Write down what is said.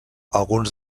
alguns